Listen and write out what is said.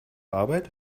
arbeit